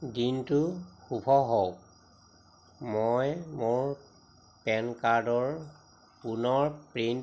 দিনটো শুভ হওক মই মোৰ পেন কাৰ্ডৰ পুনৰ প্ৰিণ্ট